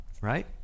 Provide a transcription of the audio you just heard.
right